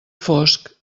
fosc